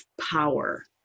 power